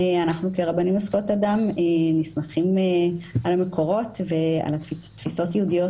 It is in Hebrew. אנחנו כרבנים לזכויות אדם נסמכים על מקורות ועל תפיסות יהודיות